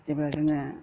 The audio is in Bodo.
जेब्ला जोङो